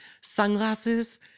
Sunglasses